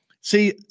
see